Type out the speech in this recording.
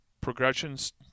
progressions